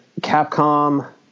Capcom